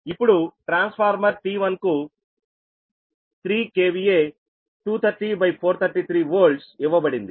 ఇప్పుడు transformer T1 కు 3 KVA 230433 Voltsఇవ్వబడింది